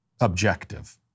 objective